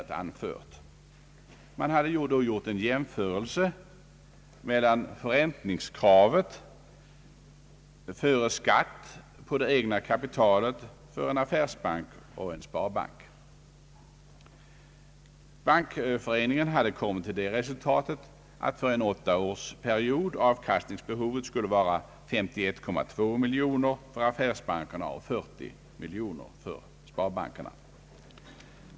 En jämförelse hade gjorts mellan förräntningskravet före skatt på det egna kapitalet för en affärsbank och en sparbank. Bankföreningen hade kommit till det resultatet att för en åttaårsperiod avkastningsbehovet skulle vara 51,2 miljoner kronor för affärsbanken och 40 miljoner kronor för sparbanken.